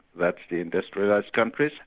that's the industrialised countries,